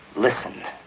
listen,